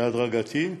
יהיה הדרגתי,